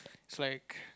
swank